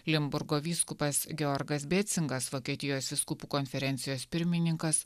limburgo vyskupas georgas becingas vokietijos vyskupų konferencijos pirmininkas